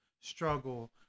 struggle